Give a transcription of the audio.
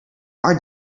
are